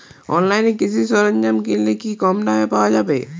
অনলাইনে কৃষিজ সরজ্ঞাম কিনলে কি কমদামে পাওয়া যাবে?